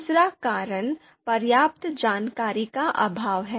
दूसरा कारण पर्याप्त जानकारी का अभाव है